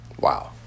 Wow